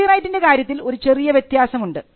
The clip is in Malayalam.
കോപ്പിറൈറ്റിൻറെ കാര്യത്തിൽ ഒരു ചെറിയ വ്യത്യാസം ഉണ്ട്